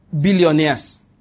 billionaires